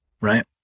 right